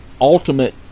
ultimate